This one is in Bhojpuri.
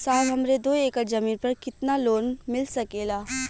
साहब हमरे दो एकड़ जमीन पर कितनालोन मिल सकेला?